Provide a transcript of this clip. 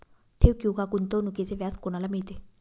ठेव किंवा गुंतवणूकीचे व्याज कोणाला मिळते?